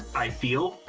i feel.